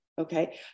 Okay